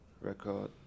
record